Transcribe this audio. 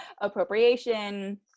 Appropriation